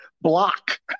Block